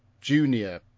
junior